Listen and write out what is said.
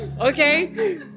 okay